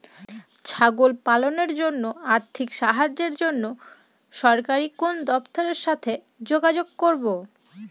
ছাগল পালনের জন্য আর্থিক সাহায্যের জন্য সরকারি কোন দপ্তরের সাথে যোগাযোগ করব?